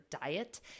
diet